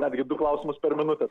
netgi du klausimus per minutę